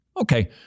Okay